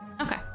Okay